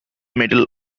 medal